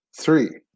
three